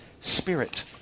Spirit